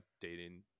dating